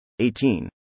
18